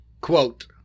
Quote